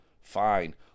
Fine